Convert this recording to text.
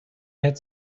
had